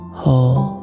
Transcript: whole